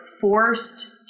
forced